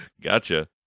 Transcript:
Gotcha